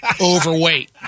overweight